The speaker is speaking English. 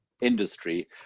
industry